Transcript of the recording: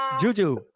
Juju